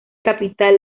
capital